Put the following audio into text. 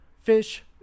fish